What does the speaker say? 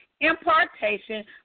impartation